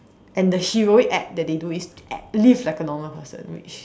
and the heroic act that they do is act~ live like a normal person which